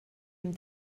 amb